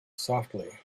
softly